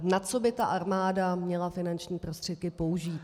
Na co by ta armáda měla finanční prostředky použít?